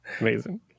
Amazing